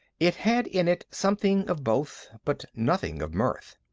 it had in it something of both, but nothing of mirth.